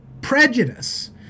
prejudice